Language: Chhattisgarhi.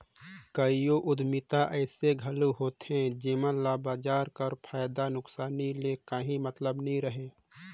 कइयो उद्यमिता अइसे घलो होथे जेमन ल बजार कर फयदा नोसकान ले काहीं मतलब नी रहें